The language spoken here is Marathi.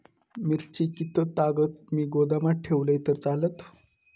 मिरची कीततागत मी गोदामात ठेवलंय तर चालात?